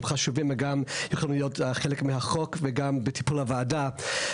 הם חשובים וגם יכולים להיות חלק מהחוק וגם בטיפול הוועדה.